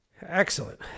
Excellent